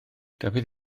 dafydd